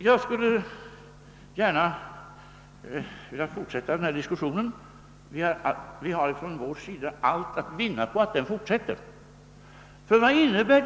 Jag skulle gärna velat fortsätta denna diskussion, eftersom vi på vår sida har allt att vinna på att den fortsätter.